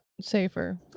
safer